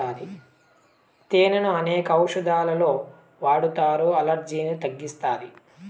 తేనెను అనేక ఔషదాలలో వాడతారు, అలర్జీలను తగ్గిస్తాది